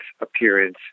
appearance